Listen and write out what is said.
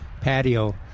patio